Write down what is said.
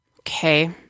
Okay